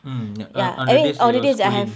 mm err on the days you're schooling